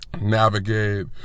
navigate